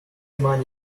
money